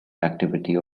activity